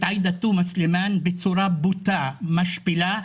עאידה תומא סלימן בצורה בוטה ומשפילה,